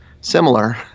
similar